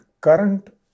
current